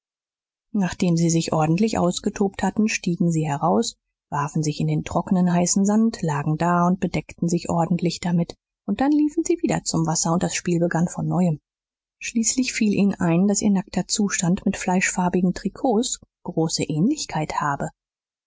nachdem sie sich so ordentlich ausgetobt hatten stiegen sie heraus warfen sich in den trockenen heißen sand lagen da und bedeckten sich ordentlich damit und dann liefen sie wieder zum wasser und das spiel begann von neuem schließlich fiel ihnen ein daß ihr nackter zustand mit fleischfarbigen trikots große ähnlichkeit habe